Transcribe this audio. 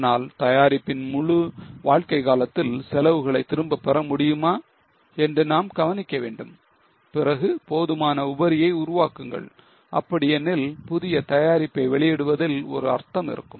ஆனால் தயாரிப்பின் முழு வாழ்க்கை காலத்தில் செலவுகளை திரும்ப பெற முடியுமா என்று நாம் கவனிக்க வேண்டும் பிறகு போதுமான உபரியை உருவாக்குங்கள் அப்படி எனில் புதிய தயாரிப்பை வெளியிடுவதில் ஒரு அர்த்தம் இருக்கும்